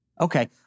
Okay